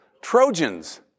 Trojans